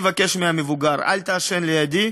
לבקש מהמבוגר: אל תעשן לידי,